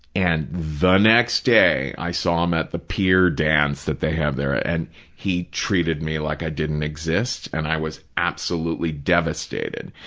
and the next day, i saw him at the pier dance that they have there, and he treated me like i didn't exist and i was absolutely devastated.